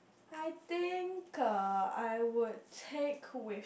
I think uh I would take with